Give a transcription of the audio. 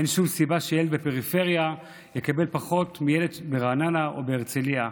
אין שום סיבה שילד בפריפריה יקבל פחות מילד ברעננה או בהרצליה.